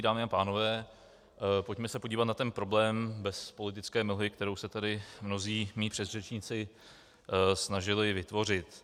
Dámy a pánové, pojďme se podívat na ten problém bez politické mlhy, kterou se tady mnozí mí předřečníci snažili vytvořit.